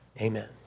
amen